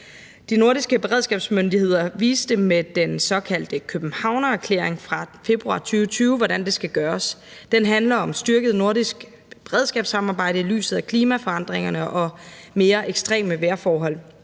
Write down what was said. De nordiske beredskabsmyndigheder viste med den såkaldte københavnererklæring fra februar 2020, hvordan det skal gøres. Den handler om styrket nordisk beredskabssamarbejde i lyset af klimaforandringerne og mere ekstreme vejrforhold.